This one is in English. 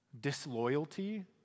disloyalty